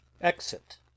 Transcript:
exit